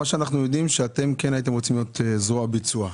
אנחנו יודעים שכן הייתם רוצים להיות זרוע ביצוע.